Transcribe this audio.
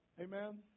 Amen